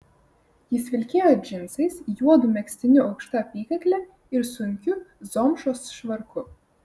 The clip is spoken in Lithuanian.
jis vilkėjo džinsais juodu megztiniu aukšta apykakle ir sunkiu zomšos švarku